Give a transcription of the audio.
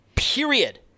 Period